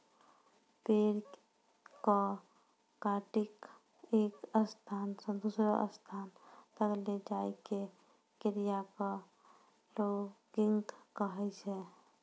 पेड़ कॅ काटिकॅ एक स्थान स दूसरो स्थान तक लै जाय के क्रिया कॅ लॉगिंग कहै छै